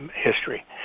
history